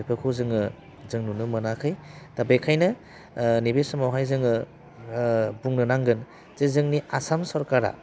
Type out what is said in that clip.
बेफोरखौ जोङो जों नुनो मोनाखै दा बेखायनो नैबे समावहाय जोङो बुंनो नांगोन जि जोंनि आसाम सरकारा